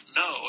no